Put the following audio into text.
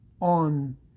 on